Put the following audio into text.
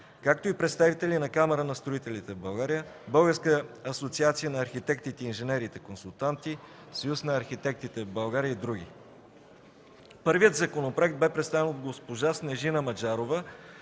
както и представители на Камарата на строителите в България, Българската асоциация на архитектите и инженерите консултанти, Съюз на архитектите в България и други. Първият законопроект бе представен от госпожа Снежина Маджарова,